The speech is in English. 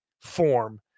form